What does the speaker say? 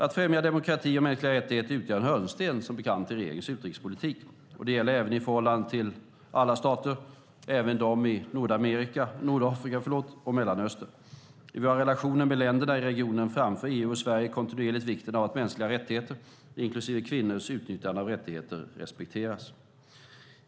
Att främja demokrati och mänskliga rättigheter utgör, som bekant, en hörnsten i regeringens utrikespolitik. Detta gäller i förhållande till alla stater, även de i Nordafrika och Mellanöstern. I våra relationer med länderna i regionen framför EU och Sverige kontinuerligt vikten av att mänskliga rättigheter, inklusive kvinnors åtnjutande av rättigheter, respekteras.